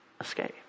escape